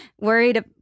worried